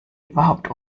überhaupt